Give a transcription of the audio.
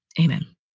amen